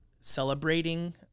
celebrating